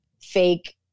fake